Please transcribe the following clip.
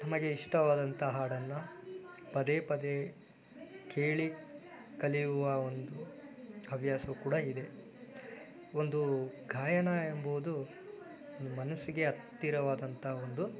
ನಮಗೆ ಇಷ್ಟವಾದಂಥ ಹಾಡನ್ನು ಪದೇ ಪದೇ ಕೇಳಿ ಕಲಿಯುವ ಒಂದು ಹವ್ಯಾಸ ಕೂಡ ಇದೆ ಒಂದು ಗಾಯನ ಎಂಬುದು ಮನಸ್ಸಿಗೆ ಹತ್ತಿರವಾದಂಥ ಒಂದು